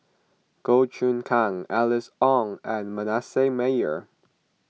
Goh Choon Kang Alice Ong and Manasseh Meyer